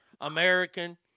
American